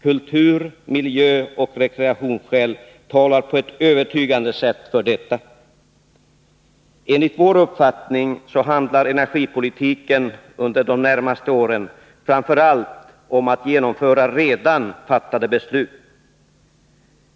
Kultur-, miljöoch rekreationsskäl talar på ett övertygande sätt för detta. Enligt vår uppfattning kommer energipolitiken under de närmaste åren framför allt att handla om att genomföra redan fattade beslut.